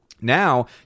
Now